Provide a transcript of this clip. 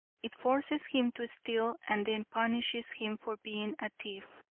it forces him to steal and then punishes him for being a thief.